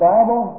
Bible